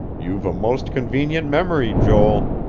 you've a most convenient memory, joel.